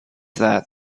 that